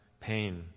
pain